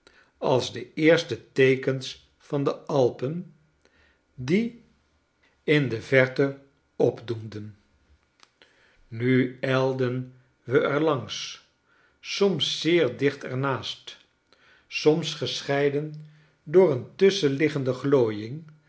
als de eerste teekens van de alpen die in de verte opdoemden nu ijlden we er langs soms zeer dicht er naast soms gescheiden door een tusschenliggende